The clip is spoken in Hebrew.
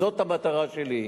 זאת המטרה שלי.